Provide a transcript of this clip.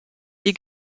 die